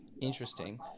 Interesting